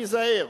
תיזהר.